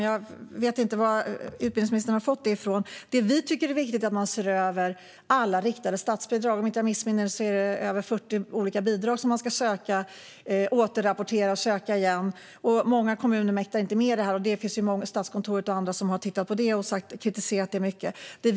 Jag vet inte varifrån utbildningsministern har fått detta. Det vi tycker är viktigt är att se över alla riktade statsbidrag. Om jag inte missminner mig är det fråga om över 40 olika bidrag som ska sökas, sedan återrapporteras för att sedan sökas igen. Många kommuner mäktar inte med. Statskontoret och andra myndigheter har sett över den frågan och lagt fram mycket kritik.